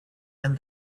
and